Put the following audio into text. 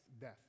death